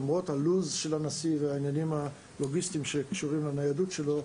למרות הלו"ז של הנשיא והעניינים הלוגיסטיים שקשורים לניידות שלו,